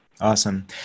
awesome